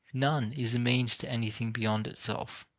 none is a means to anything beyond itself.